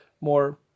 more